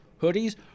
hoodies